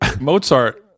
Mozart